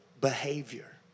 behavior